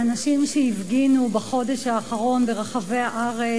האנשים שהפגינו בחודש האחרון ברחבי הארץ,